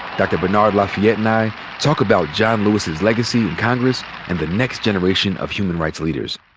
dr. bernard lafayette and i talk about john lewis's legacy in congress and the next generation of human rights leaders.